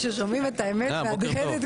כששומעים את האמת מהדהדת